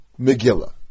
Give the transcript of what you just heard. Megillah